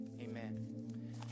amen